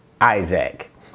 Isaac